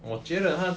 我觉得他